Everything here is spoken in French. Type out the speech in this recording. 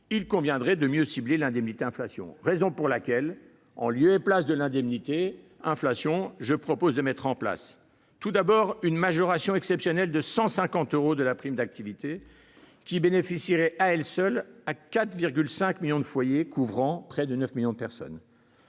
Il conviendrait de mieux cibler l'indemnité inflation. » C'est la raison pour laquelle, en lieu et place de cette indemnité, je propose de mettre en place, tout d'abord, une majoration exceptionnelle de 150 euros de la prime d'activité, qui bénéficierait à elle seule à 4,5 millions de foyers, couvrant près de 9 millions de personnes.